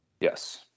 Yes